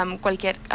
cualquier